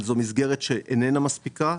אבל זו מסגרת שאיננה מספיקה,